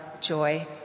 joy